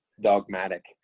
dogmatic